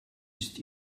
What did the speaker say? ist